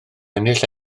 ennill